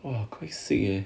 !wah! quite sick leh